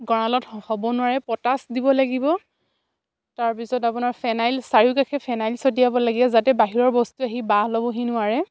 গঁৰালত হ'ব নোৱাৰে পটাচ দিব লাগিব তাৰপিছত আপোনাৰ ফেনাইল চাৰিওকাষে ফেনাইল চটিয়াব লাগে যাতে বাহিৰৰ বস্তু আহি বাঁহ ল'বহি নোৱাৰে